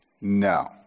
No